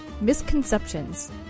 Misconceptions